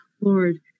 lord